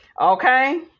okay